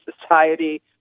society